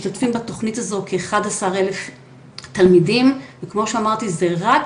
משתתפים בתוכנית הזאת כ-11,000 תלמידים וכמו שאמרתי זה רק